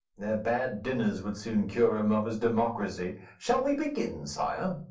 their bad dinners would soon cure him of his democracy. shall we begin, sire?